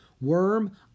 Worm